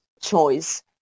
choice